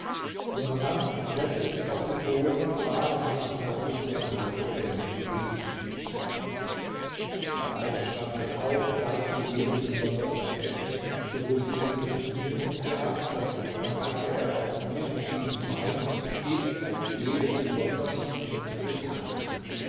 junger mann setze dich auf den boden und frage nicht nach unserm halbgeblendeten gesicht der alte stand dann auf reichte jedem besonders sein essen sowohl ihnen als mir und wir aßen davon dann reichte er auch mir und ihnen wein ebenfalls jedem besonders und wir tranken